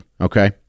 Okay